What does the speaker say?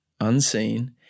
unseen